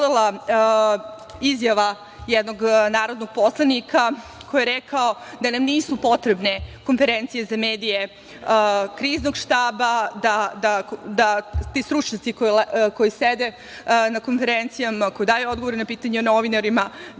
izjava jednog narodnog poslanika koji je rekao da nam nisu potrebne konferencije za medije Kriznog štaba, da ti stručnjaci koji sede na konferencijama, koji daju odgovore na pitanja novinarima,